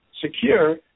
secure